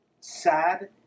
sad